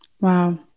Wow